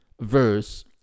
verse